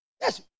Yes